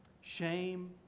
Shame